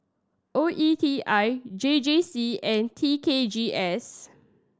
O E T I J J C and T K G S